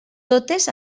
totes